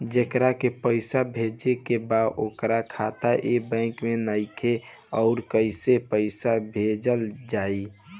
जेकरा के पैसा भेजे के बा ओकर खाता ए बैंक मे नईखे और कैसे पैसा भेजल जायी?